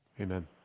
amen